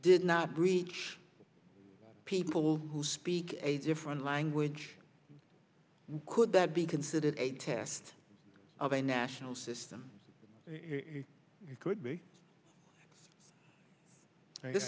did not breach people who speak a different language could that be considered a test of a national system could be